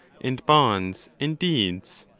and bonds, and deeds.